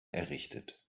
errichtet